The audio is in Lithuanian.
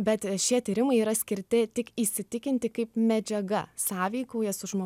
bet šie tyrimai yra skirti tik įsitikinti kaip medžiaga sąveikauja su žmo